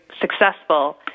successful